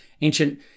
ancient